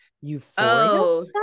euphoria